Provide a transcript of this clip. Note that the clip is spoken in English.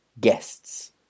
guests